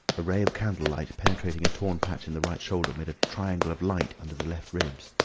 a ray of candle-light penetrating a torn patch in the right shoulder, made a triangle of light under the left ribs.